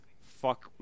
fuck